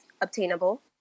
obtainable